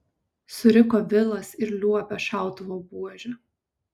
suriko vilas ir liuobė šautuvo buože